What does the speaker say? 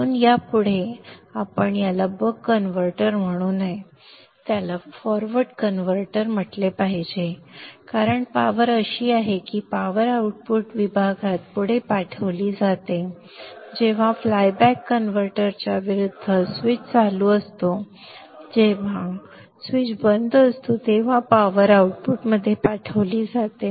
म्हणून यापुढे आपण याला बक कन्व्हर्टर म्हणू नये त्याला फॉरवर्ड कन्व्हर्टर म्हटले पाहिजे कारण पॉवर अशी आहे की पॉवर आउटपुट विभागात पुढे पाठविली जाते जेव्हा फ्लाय बॅक कन्व्हर्टरच्या विरूद्ध स्विच चालू असतो तेव्हा जेव्हा स्विच बंद असतो तेव्हा पॉवर आउटपुटमध्ये पाठविली जाते